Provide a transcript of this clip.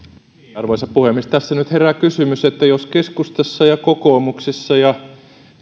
arvoisa puhemies tässä nyt herää kysymys että jos keskustassa ja kokoomuksessa ja